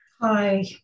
Hi